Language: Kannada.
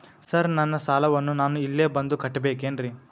ಸರ್ ನನ್ನ ಸಾಲವನ್ನು ನಾನು ಇಲ್ಲೇ ಬಂದು ಕಟ್ಟಬೇಕೇನ್ರಿ?